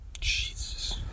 Jesus